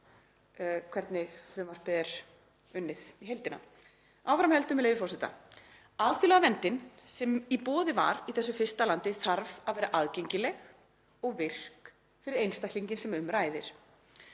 hvernig frumvarpið er unnið í heildina. Áfram heldur, með leyfi forseta: „Alþjóðlega verndin sem í boði var í þessu fyrsta landi þarf að vera aðgengileg og virk fyrir einstaklinginn sem um ræðir.